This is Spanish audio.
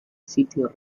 sitios